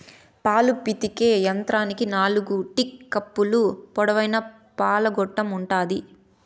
పాలు పితికే యంత్రానికి నాలుకు టీట్ కప్పులు, పొడవైన పాల గొట్టం ఉంటాది